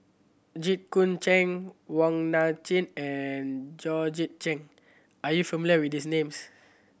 Jit Koon Ch'ng Wong Nai Chin and Georgette Chen are you familiar with these names